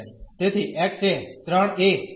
અને જ્યારે y એ 0 છે તેથી x એ 3 a છે